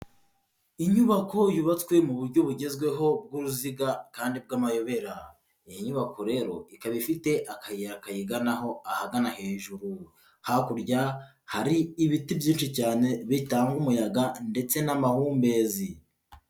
Inyubako yubatswe mu buryo bugezweho bw'uruziga kandi bw'amayobera, iyi nyubako rero ikaba ifite akayira kayiganaho ahagana hejuru, hakurya hari ibiti byinshi cyane bitanga umuyaga ndetse n'amahumbezi.